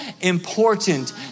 important